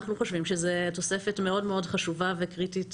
אנחנו חושבים שזו תוספת מאוד-מאוד חשובה וקריטית.